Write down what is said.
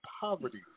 poverty